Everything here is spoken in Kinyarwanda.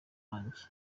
wanjye